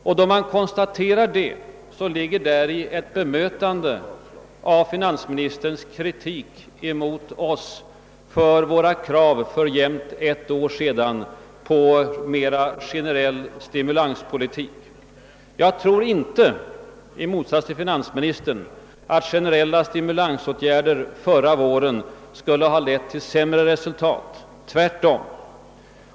När man konstaterar detta, ligger däri ett bemötande av finansministerns kritik emot oss för våra krav för jämnt ett år sedan på en mer generell stimulanspolitik. Jag tror inte — i motsats till finansministern — att generella stimulansåtgärder förra våren skulle ha lett till sämre resultat. Tvärtom!